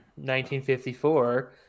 1954